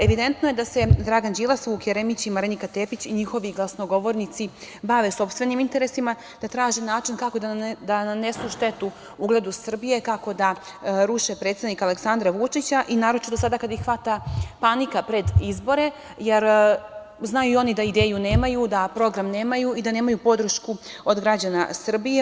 Evidentno je da se Dragan Đilas, Vuk Jeremić i Marinika Tepić i njihovi glasnogovornici bave sopstvenim interesima, da traže način kako da nanesu štetu ugledu Srbije, kako da ruše predsednika Aleksandra Vučića i naročito sada kada ih hvata panika pred izbore, jer znaju i oni da ideju nemaju, da program nemaju i da nemaju podršku od građana Srbije.